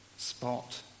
Spot